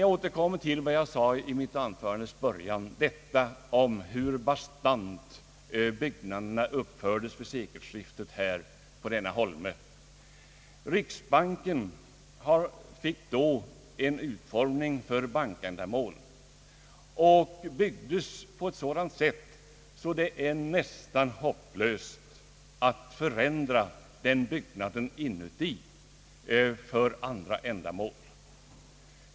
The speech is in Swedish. Jag återkommer emellertid till vad jag sade i mitt anförandes början om hur bastant byggnaderna uppfördes på den här holmen vid sekelskiftet. Riksbankens hus fick då en utformning för bankändamål, och det byggdes på ett sådant sätt att det är nästan hopplöst att förändra byggnaden inuti för andra ändamål.